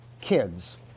kids